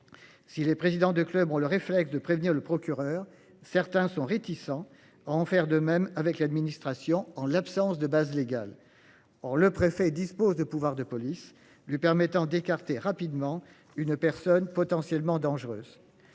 Si les présidents de clubs ont le réflexe de prévenir le procureur. Certains sont réticents à en faire de même avec l'administration, en l'absence de base légale. Or le préfet dispose de pouvoirs de police lui permettant d'écarter rapidement une personne potentiellement dangereuses.